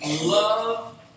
love